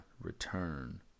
return